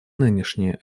нынешние